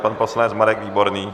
Pan poslanec Marek Výborný.